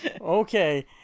Okay